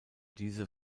diese